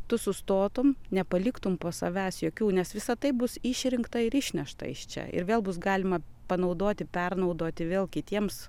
tu sustotum nepaliktum po savęs jokių nes visa tai bus išrinkta ir išnešta iš čia ir vėl bus galima panaudoti pernaudoti vėl kitiems